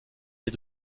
les